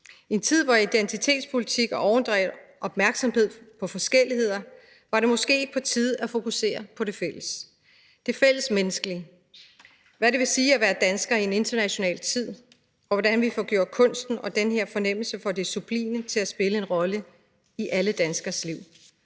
I en tid med identitetspolitik og overdreven opmærksomhed på forskelligheder, var det måske på tide at fokusere på det fælles, det fælles menneskelige, hvad det vil sige at være dansker i en international tid, og hvordan vi får kunsten og den her fornemmelse for det sublime til at spille en rolle i alle danskeres liv.